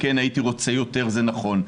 כן, הייתי רוצה יותר, זה נכון.